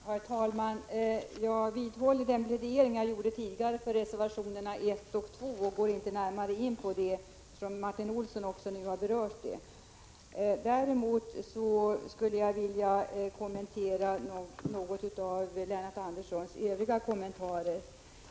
Herr talman! Jag vidhåller den plädering jag gjorde tidigare för reservationerna 1 och 2 och går inte närmare in på dem, eftersom också Martin Olsson har berört dem. Däremot vill jag kommentera något av det som Lennart Andersson i övrigt anförde.